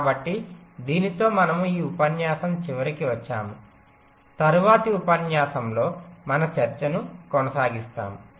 కాబట్టి దీనితో మనము ఈ ఉపన్యాసం చివరికి వచ్చాము తరువాతి ఉపన్యాసంలో మన చర్చ కొనసాగిస్తాము